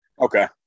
Okay